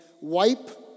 wipe